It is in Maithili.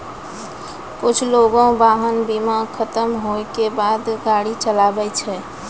कुछु लोगें वाहन बीमा खतम होय के बादो गाड़ी चलाबै छै